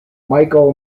michael